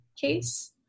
case